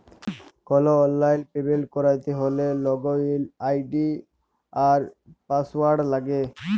call অললাইল payment ক্যরতে হ্যলে লগইল আই.ডি আর পাসঅয়াড় লাগে